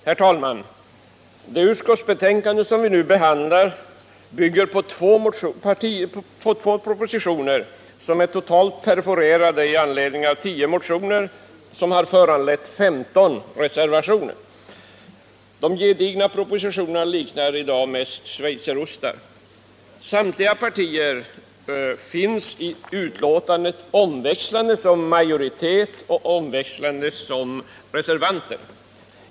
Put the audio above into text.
Herr talman! Det utskottsbetänkande vi nu behandlar bygger på två propositioner som är totalt perforerade av tio motioner, och detta har föranlett 15 reservationer. De gedigna propositionerna liknar i dag mest schweizerostar. Samtliga partier finns i betänkandet omväxlande som majoritetsföreträdare och som reservanter.